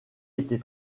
été